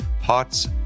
pots